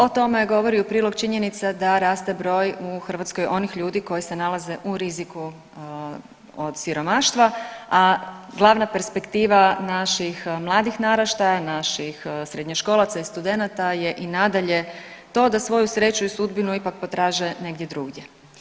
O tome govori u prilog činjenica da raste broj u Hrvatskoj onih ljudi koji se nalaze u riziku od siromaštva, a glavna perspektiva naših mladih naraštaja, naših srednjoškolaca i studenata je i nadalje to da svoju sreću i sudbinu ipak potraže negdje drugdje.